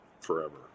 forever